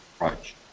approach